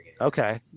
Okay